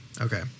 Okay